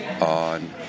on